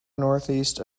northeast